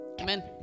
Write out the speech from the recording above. Amen